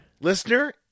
listener